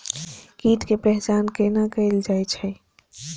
कीटक पहचान कैना कायल जैछ?